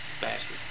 bastard